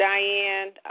Diane